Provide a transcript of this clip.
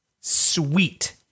sweet